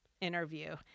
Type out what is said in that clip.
interview